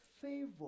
Favor